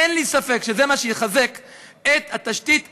אין לי ספק שזה מה שיחזק את התשתית האנושית.